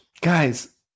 Guys